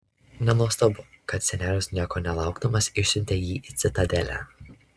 nenuostabu kad senelis nieko nelaukdamas išsiuntė jį į citadelę